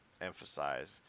emphasize